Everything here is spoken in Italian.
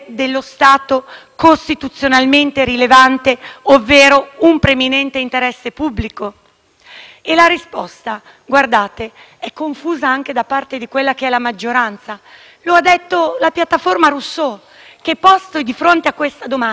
La risposta è confusa anche da parte della maggioranza. Lo ha detto la piattaforma Rousseau che, posta di fronte a questa domanda, non ha dato percentuali bulgare, ma alquanto mescolate tra di loro. E sappiamo benissimo